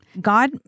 God